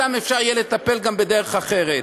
בהם אפשר יהיה לטפל גם בדרך אחרת.